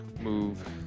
move